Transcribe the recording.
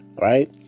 right